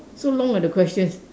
so long ah the question